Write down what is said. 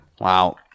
Wow